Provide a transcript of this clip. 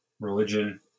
religion